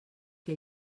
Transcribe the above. que